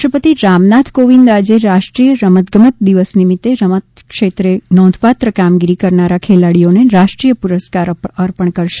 રાષ્ટ્રપતિ રામનાથ કોવિંદ આજે રાષ્ટ્રીય રમતગમત દિવસ નિમિત્તે રમત ક્ષેત્રે નોંધપાત્ર કામગીરી કરનારા ખેલાડીઓને રાષ્ટ્રીય પુરસ્કારો અર્પણ કરશે